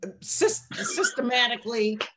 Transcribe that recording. systematically